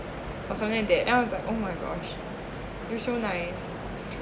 was something there ah I was like oh my gosh you're so nice